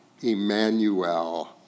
Emmanuel